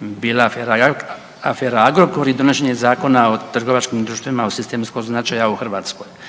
bila afera, afera Agrokor i donošenje zakona o trgovačkim društvima od sistemskog značaja u Hrvatskoj.